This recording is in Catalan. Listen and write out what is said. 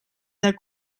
del